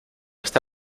esta